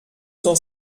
cent